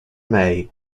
may